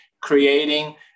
creating